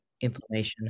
inflammation